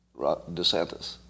DeSantis